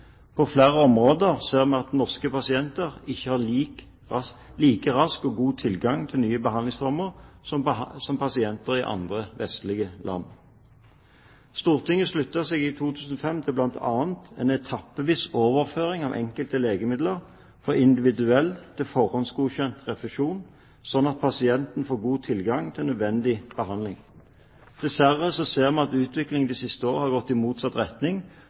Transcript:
På flere områder ser vi at norske pasienter ikke har like rask og god tilgang til nye behandlingsformer som pasienter i andre vestlige land. Stortinget sluttet seg i 2005 bl.a. til en etappevis overføring av enkelte legemidler fra individuell til forhåndsgodkjent refusjon, slik at pasienter får god tilgang til nødvendig behandling. Dessverre ser vi at utviklingen de siste årene har gått i motsatt retning,